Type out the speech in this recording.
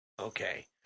Okay